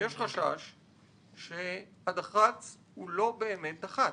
יש חשש שהדח"צ הוא לא באמת דח"צ,